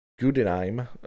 Gudenheim